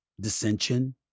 dissension